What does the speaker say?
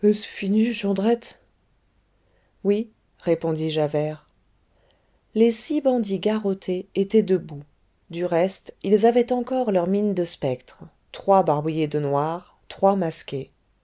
est-ce fini jondrette oui répondit javert les six bandits garrottés étaient debout du reste ils avaient encore leurs mines de spectres trois barbouillés de noir trois masqués